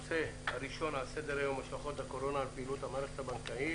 הנושא הראשון על סדר היום: השלכות הקורונה על פעילות המערכת הבנקאית.